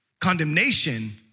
Condemnation